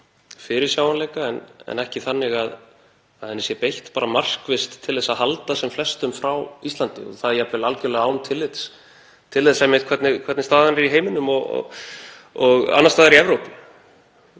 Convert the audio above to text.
fyrirsjáanleika en ekki þannig að henni sé beitt markvisst til að halda sem flestum frá Íslandi, og það jafnvel algerlega án tillits til þess hvernig staðan er í heiminum, annars staðar í Evrópu.